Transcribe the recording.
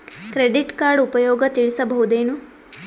Credit card ಉಪಯೋಗ ತಿಳಸಬಹುದೇನು?